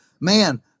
man